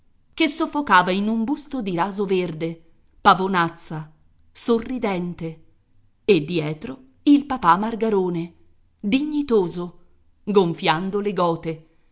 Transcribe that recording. che soffocava in un busto di raso verde pavonazza sorridente e dietro il papà margarone dignitoso gonfiando le gote